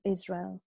Israel